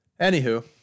Anywho